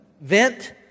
vent